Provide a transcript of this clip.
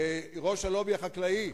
ראש הלובי החקלאי,